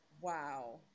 Wow